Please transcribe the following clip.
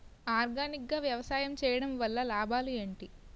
Organic గా వ్యవసాయం చేయడం వల్ల లాభాలు ఏంటి?